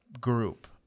group